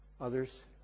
others